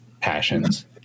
passions